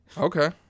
Okay